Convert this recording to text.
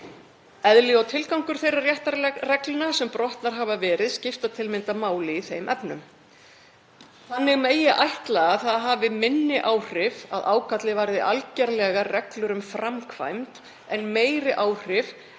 Eðli og tilgangur þeirra réttarreglna sem brotnar hafa verið skipta til að mynda máli í þeim efnum. Þannig megi ætla að það hafi minni áhrif ef ágalli varðar eingöngu reglur um framkvæmd en meiri áhrif